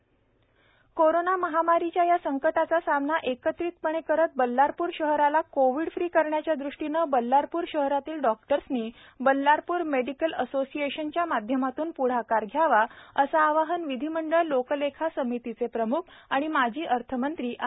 Mungantiwar corona महामारीच्या या संकटाचा सामना एकत्रीतपणे करत बल्लारपूर शहराला कोविड फ्री करण्याच्या द्वष्टीने बल्लारपूर शहरातील डॉक्टर्सनी बल्लारपूर मेडीकल असोसिएशनच्या माध्यमात्न प्ढाकार घ्यावा असे आवाहन विधीमंडळ लोकलेखा समितीचे प्रम्ख तथा माजी अर्थमंत्री आ